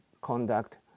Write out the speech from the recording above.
Conduct